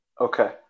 Okay